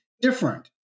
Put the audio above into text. different